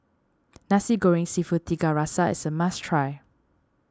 Nasi Goreng Seafood Tiga Rasa is a must try